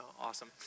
awesome